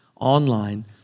online